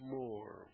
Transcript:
more